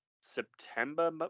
September